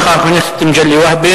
אני מודה לך, חבר הכנסת מגלי והבה.